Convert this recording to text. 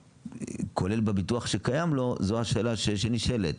כולל בביטוח שקיים לו, זו השאלה שנשאלת.